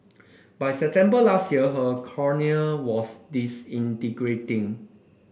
by September last year her cornea was disintegrating